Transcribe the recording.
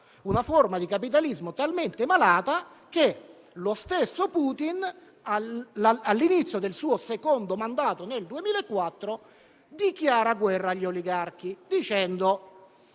Una forma di capitalismo talmente malata che lo stesso Putin, all'inizio del suo secondo mandato nel 2004, dichiara guerra agli oligarchi, dicendo